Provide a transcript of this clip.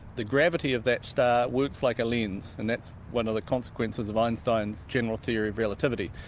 the gravity of that star works like a lens and that's one of the consequences of einstein's general theory of relativity,